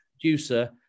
producer